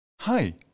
Hi